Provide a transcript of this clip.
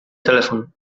telefon